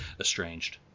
Estranged